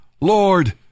Lord